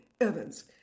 Evans